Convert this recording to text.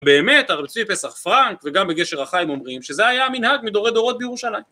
באמת רבי צבי פסח פרנק וגם בגשר החיים אומרים שזה היה מנהג מדורי דורות בירושלים